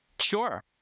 Sure